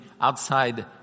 outside